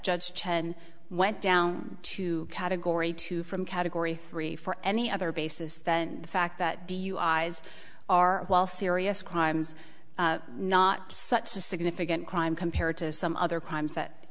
judge chen went down to category two from category three for any other basis than the fact that duis are while serious crimes not such a significant crime compared to some other crimes that